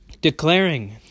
declaring